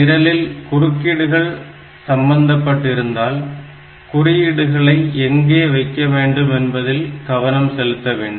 நிரலில் குறுக்கீடுகள் சம்பந்தப்பட்டிருப்பதால் குறியீடுகளை எங்கே வைக்க வேண்டுமென்பதில் கவனம் செலுத்த வேண்டும்